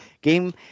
Game